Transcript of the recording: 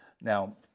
Now